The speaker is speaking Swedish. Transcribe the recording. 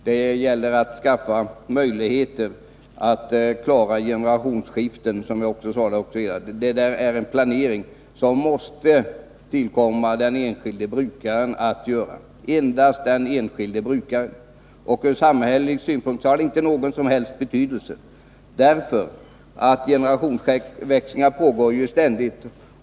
Det gäller att skapa möjligheter för brukarna att klara generationsskiftena. För det fordras en planering som det måste tillkomma den enskilde brukaren — och endast honom -— att göra. Ur samhällelig synpunkt har det inte någon som helst betydelse. Generationsväxlingar pågår ju ständigt.